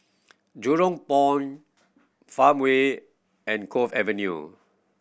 Jurong Point Farmway and Cove Avenue